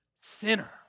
sinner